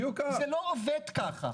זה לא עובד ככה.